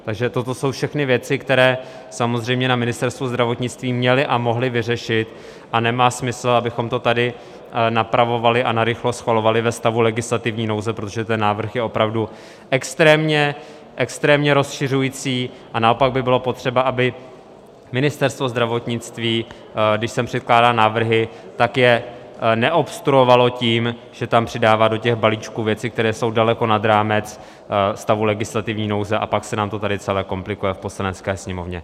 Takže toto jsou všechny věci, které samozřejmě na Ministerstvu zdravotnictví měli a mohli vyřešit, a nemá smysl, abychom to tady napravovali a narychlo schvalovali ve stavu legislativní nouze, protože ten návrh je opravdu extrémně rozšiřující, a naopak by bylo potřeba, aby Ministerstvo zdravotnictví, když sem předkládá návrhy, tak je neobstruovalo tím, že tam přidává do těch balíčků věci, které jsou daleko nad rámec stavu legislativní nouze, a pak se nám to tady celé komplikuje v Poslanecké sněmovně.